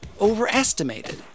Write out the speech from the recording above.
overestimated